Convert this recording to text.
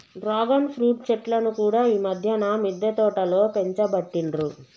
dragon fruit చెట్లను కూడా ఈ మధ్యన మిద్దె తోటలో పెంచబట్టిండ్రు